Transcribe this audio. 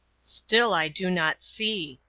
still i do not see,